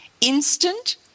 instant